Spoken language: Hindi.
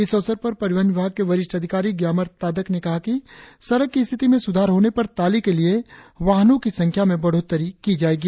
इस अवसर पर परिवहन विभाग के वरिष्ठ अधिकारी ग्यामर तादक ने कहा कि सड़क की स्थिति में सुधार होने पर ताली के लिए वाहनों की संख्या में बढ़ोत्तरी की जायेगी